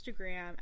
Instagram